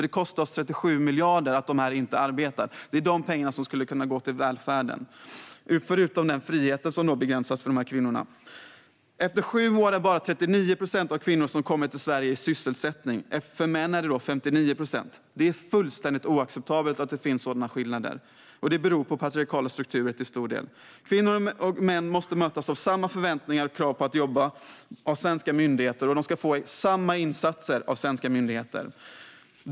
Det kostar oss 37 miljarder att de här kvinnorna inte arbetar, och dessa pengar skulle kunna gå till välfärden. Det handlar också om att dessa kvinnors frihet begränsas. Efter sju år är bara 39 procent av kvinnorna som har kommit till Sverige i sysselsättning. För männen gäller 59 procent. Det är fullständigt oacceptabelt att det finns sådana skillnader, och dessa skillnader beror till stor del på patriarkala strukturer. Kvinnor och män måste mötas av samma förväntningar och krav på att jobba av svenska myndigheter, och de ska få samma insatser av svenska myndigheter.